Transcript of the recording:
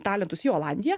talentus į olandiją